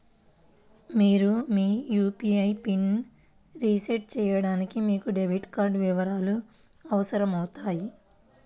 మీరు మీ యూ.పీ.ఐ పిన్ని రీసెట్ చేయడానికి మీకు డెబిట్ కార్డ్ వివరాలు అవసరమవుతాయి